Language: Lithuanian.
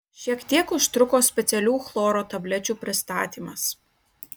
šiek tiek užtruko specialių chloro tablečių pristatymas